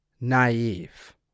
naive